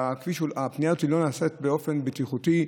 כשהפניה הזאת לא נעשית באופן בטיחותי,